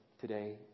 today